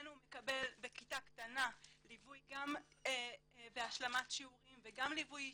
אצלנו הוא מקבל בכיתה קטנה ליווי גם בהשלמת שיעורים וגם ליווי אישי,